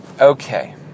Okay